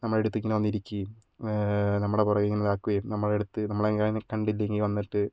നമ്മുടെ അടുത്തേക്ക് ഇങ്ങനെ വന്ന് ഇരിക്കുകയും നമ്മുടെ പുറക്കെ ഇങ്ങനെ ആക്കുകയും നമ്മുടെ അടുത്ത് നമ്മളെ അതിന് കണ്ടില്ലെങ്കിൽ വന്നിട്ട്